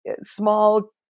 small